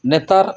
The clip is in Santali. ᱱᱮᱛᱟᱨ